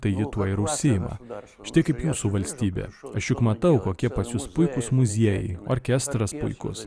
tai ji tuo ir užsiima štai kaip jūsų valstybė o aš juk matau kokie pas jus puikūs muziejai orkestras puikus